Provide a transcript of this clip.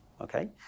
okay